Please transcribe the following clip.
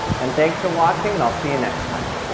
and thanks for watching and i'll see you next time.